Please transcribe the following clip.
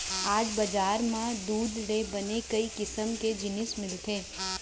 आज बजार म दूद ले बने कई किसम के जिनिस मिलथे